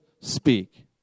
speak